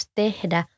tehdä